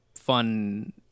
fun